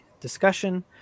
discussion